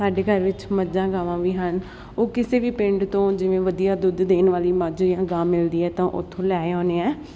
ਸਾਡੇ ਘਰ ਵਿੱਚ ਮੱਜਾਂ ਗਾਵਾਂ ਵੀ ਹਨ ਉਹ ਕਿਸੇ ਵੀ ਪਿੰਡ ਤੋਂ ਜਿਵੇਂ ਵਧੀਆ ਦੁੱਧ ਦੇਣ ਵਾਲੀ ਮੱਝ ਜਾਂ ਗਾਂ ਮਿਲਦੀ ਹੈ ਤਾਂ ਉਥੋਂ ਲੈ ਆਉਂਦੇ ਆ